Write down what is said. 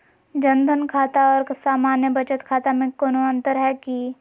जन धन खाता और सामान्य बचत खाता में कोनो अंतर है की?